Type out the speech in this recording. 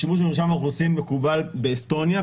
השימוש במרשם האוכלוסין מקובל באסטוניה.